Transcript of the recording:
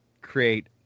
create